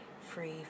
free